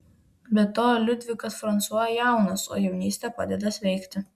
be to liudvikas fransua jaunas o jaunystė padeda sveikti